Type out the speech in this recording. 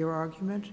your argument